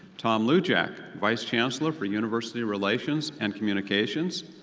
tom luljak, vice chancellor for university relations and communications.